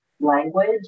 language